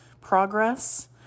progress